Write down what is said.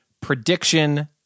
prediction